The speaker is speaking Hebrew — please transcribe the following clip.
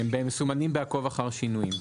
הם מסומנים בעקוב אחר שינויים.